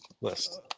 list